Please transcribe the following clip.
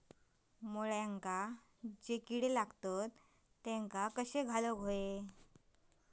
मुळ्यांका जो किडे लागतात तेनका कशे घालवचे?